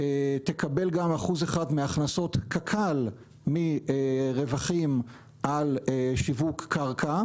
תקבל גם 1% מהכנסות קק"ל מרווחים על שיווק קרקע,